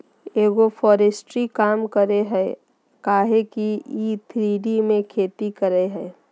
agroforestry काम करेय हइ काहे कि इ थ्री डी में खेती करेय हइ